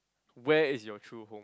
where is your true home